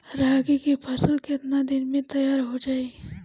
तोरी के फसल केतना दिन में तैयार हो जाई?